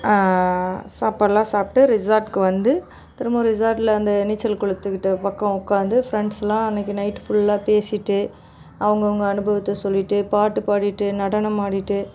சாப்பாடெலாம் சாப்பிட்டு ரெஸாட்டுக்கு வந்து திரும்பவும் ரெஸாட்டில் அந்த நீச்சல் குளத்துக்கிட்ட பக்கம் உட்காந்து ஃப்ரெண்ட்ஸ்லாம் அன்னிக்கி நைட் ஃபுல்லாக பேசிகிட்டு அவங்கவங்க அனுபவத்தை சொல்லிகிட்டு பாட்டு பாடிகிட்டு நடனமாடிகிட்டு